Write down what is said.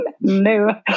no